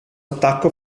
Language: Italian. attacco